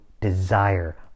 desire